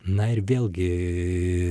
na ir vėlgi